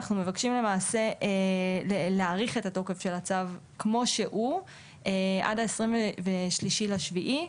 אנחנו מבקשים למעשה להאריך את התוקף של הצו כמו שהוא עד ליום 23 ביולי,